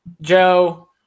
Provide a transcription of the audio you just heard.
Joe